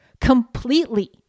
completely